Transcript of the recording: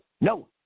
No